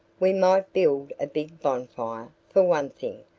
we might build a big bonfire, for one thing,